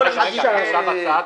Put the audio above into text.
אין נמנעים,